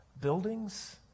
buildings